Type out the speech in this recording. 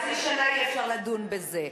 חצי שנה אי-אפשר לדון בזה.